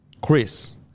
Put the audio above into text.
Chris